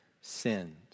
sins